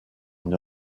une